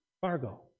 Fargo